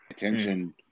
Attention